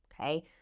okay